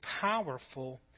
powerful